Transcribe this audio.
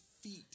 feet